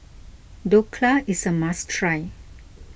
Dhokla is a must try